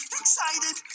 excited